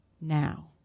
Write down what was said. now